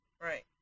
Right